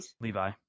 Levi